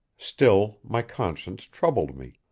still my conscience troubled me.